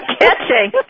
Catching